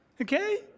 Okay